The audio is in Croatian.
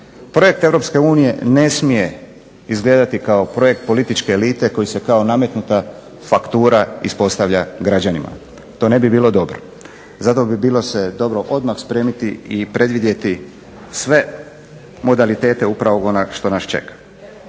Projekt EU ne smije izgledati kao projekt političke elite koji se kao nametnuta faktura ispostavlja građanima. To ne bilo dobro. Zato bi bilo dobro odmah se spremiti i predvidjeti sve modalitete upravo onoga što nas čeka.